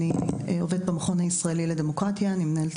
אני עובדת במכון הישראלי לדמוקרטיה כמנהלת